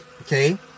Okay